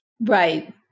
Right